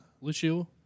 Lucio